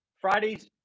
Friday's